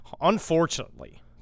unfortunately